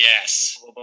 Yes